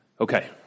Okay